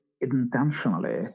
intentionally